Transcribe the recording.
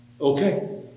Okay